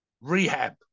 Rehab